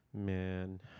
Man